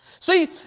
See